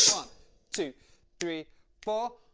one two three four.